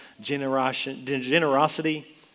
generosity